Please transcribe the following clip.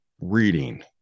reading